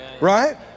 Right